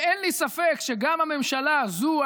ואין לי ספק שגם הממשלה הזו,